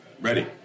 Ready